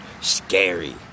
scary